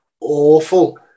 awful